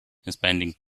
spending